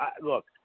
look